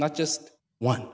not just one